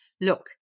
look